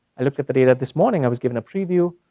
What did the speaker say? i looked at the data this morning, i was given a preview.